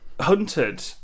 hunted